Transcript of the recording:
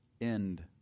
end